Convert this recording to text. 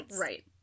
Right